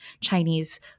Chinese